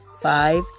five